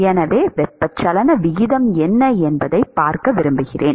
எனவே வெப்பச்சலன விகிதம் என்ன என்பதைப் பார்க்க விரும்புகிறேன்